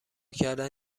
کردن